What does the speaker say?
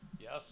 Yes